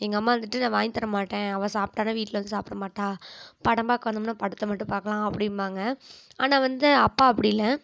எங்கள் அம்மா வந்துட்டு நான் வாங்கி தர மாட்டேன் அவள் சாப்பிடான்னா வீட்டில் வந்து சாப்பிடமாட்டா படம் பார்க்க வந்தமுன்னால் படத்தை மட்டும் பார்க்கலாம் அப்படின்பாங்க ஆனால் வந்து அப்பா அப்படி இல்லை